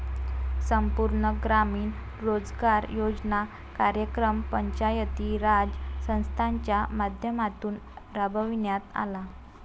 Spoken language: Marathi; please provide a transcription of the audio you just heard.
संपूर्ण ग्रामीण रोजगार योजना कार्यक्रम पंचायती राज संस्थांच्या माध्यमातून राबविण्यात आला